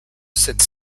cette